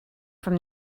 from